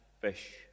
fish